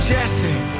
Jesse